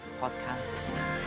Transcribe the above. Podcast